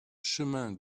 chemin